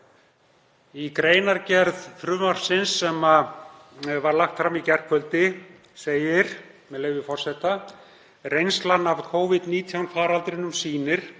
Í greinargerð frumvarpsins sem var lagt fram í gærkvöldi segir, með leyfi forseta: „Reynslan af Covid-19 faraldrinum sýnir